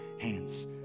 hands